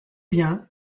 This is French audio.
bien